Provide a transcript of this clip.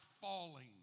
falling